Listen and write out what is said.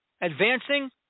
advancing